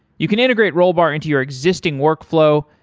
you can integrate rollbar into your existing workflow.